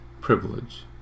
privilege